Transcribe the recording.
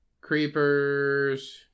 Creepers